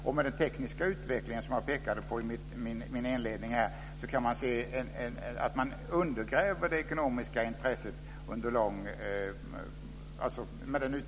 Och med den tekniska utveckling vi har, som jag pekade på i min inledning, kan man undergräva det ekonomiska intresset.